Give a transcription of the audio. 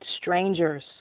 strangers